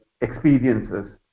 experiences